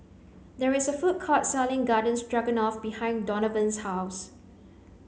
there is a food court selling Garden Stroganoff behind Donavan's house